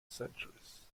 centuries